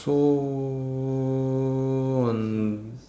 so um